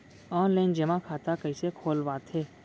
Online जेमा खाता कइसे खोलवाथे?